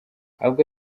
ahubwo